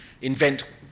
invent